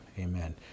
Amen